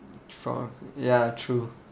ya true